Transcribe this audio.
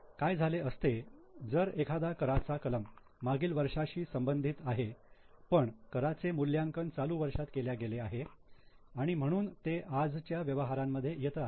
काय झाले असते जर एखादा कराचा कलम मागील वर्षाशी संबंधित आहे पण कराचे मूल्यांकन चालू वर्षात केल्या गेले आहे आणि म्हणून ते आजच्या व्यवहारांमध्ये येतं आहे